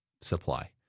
supply